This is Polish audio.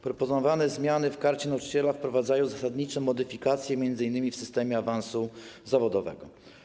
Proponowane zmiany w Karcie Nauczyciela wprowadzają zasadniczą modyfikację, m.in. w systemie awansu zawodowego.